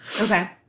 Okay